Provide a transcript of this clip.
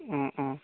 অঁ অঁ